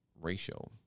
ratio